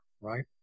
right